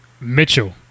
mitchell